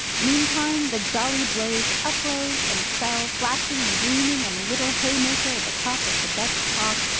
meantime, the jolly blaze uprose and fell, flashing and gleaming on the little hay-maker at the top of the dutch clock,